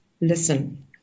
listen